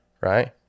Right